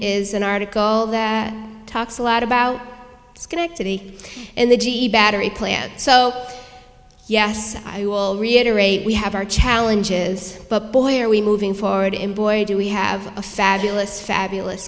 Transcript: is an article that talks a lot about schenectady and the g e battery plant so yes i will reiterate we have our challenge is but boy are we moving forward in boy do we have a fabulous fabulous